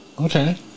okay